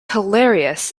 hilarious